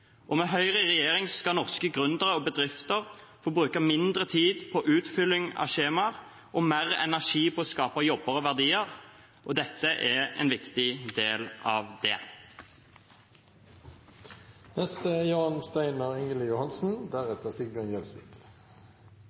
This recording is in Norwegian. Og med Høyre i regjering skal norske gründere og bedrifter få bruke mindre tid på utfylling av skjemaer og mer energi på å skape jobber og verdier. Dette er en viktig del av